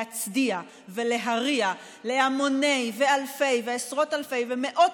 להצדיע ולהריע להמוני ואלפי ועשרות אלפי ומאות